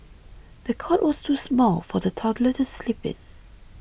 the cot was too small for the toddler to sleep in